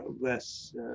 Less